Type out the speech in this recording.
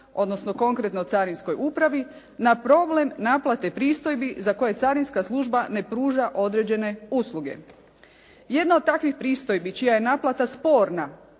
odnosno konkretno Carinskoj upravi, na problem naplate pristojbi za koje carinska služba ne pruža određene usluge. Jedna od takvih pristojbi čija je naplata sporna